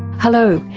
hello,